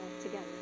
together